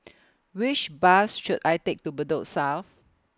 Which Bus should I Take to Bedok South